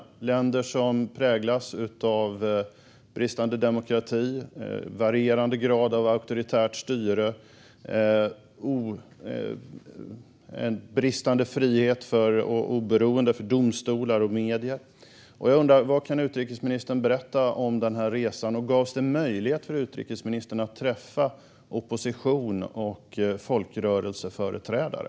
Det är länder som präglas av bristande demokrati, varierande grad av auktoritärt styre och bristande frihet och oberoende för domstolar och medier. Vad kan utrikesministern berätta om resan? Gavs det möjlighet för utrikesministern att träffa opposition och folkrörelseföreträdare?